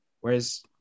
whereas